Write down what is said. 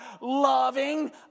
loving